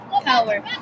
Power